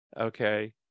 Okay